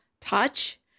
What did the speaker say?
touch